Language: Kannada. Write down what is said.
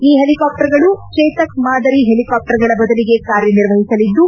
ಈ ಹೆಲಿಕಾಪ್ಲರ್ಗಳು ಚೇತಕ್ ಮಾದರಿ ಹೆಲಿಕಾಪ್ಟರ್ಗಳ ಬದಲಿಗೆ ಕಾರ್ಯನಿರ್ವಹಿಸಲಿದ್ದು